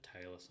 tailor